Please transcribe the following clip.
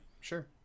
sure